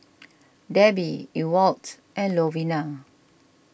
Debby Ewald and Lovina